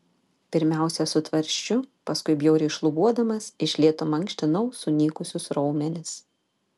pirmiausia su tvarsčiu paskui bjauriai šlubuodamas iš lėto mankštinau sunykusius raumenis